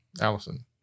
Allison